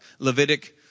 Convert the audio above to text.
Levitic